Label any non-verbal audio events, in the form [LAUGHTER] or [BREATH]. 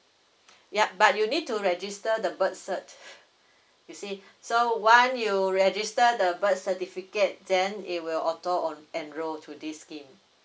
[BREATH] yup but you need to register the birth cert [BREATH] you see so one you register the birth certificate then it will auto own enroll to this scheme